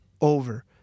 over